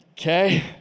okay